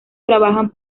trabajan